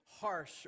harsh